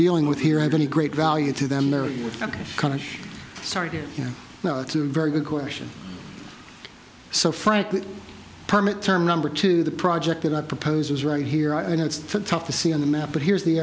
dealing with here have any great value to them they're kind of started you know it's a very good question so frankly permit term number two the project that i proposed is right here i know it's tough to see on the map but here's the